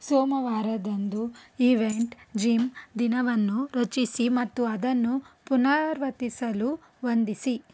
ಸೋಮವಾರದಂದು event gym ದಿನವನ್ನು ರಚಿಸಿ ಮತ್ತು ಅದನ್ನು ಪುನರಾವರ್ತಿಸಲು ಹೊಂದಿಸಿ